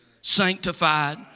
sanctified